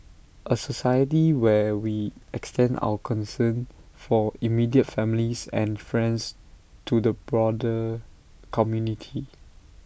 A society where we extend our concern for immediate families and friends to the broader community